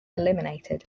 eliminated